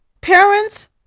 parents